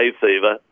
fever